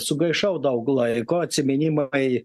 sugaišau daug laiko atsiminimai